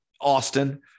Austin